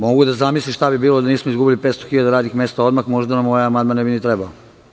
Mogu da zamislim šta bi bilo da nismo izgubili 500.000 radnih mesta odmah, možda nam ovaj amandman ne bi ni trebao.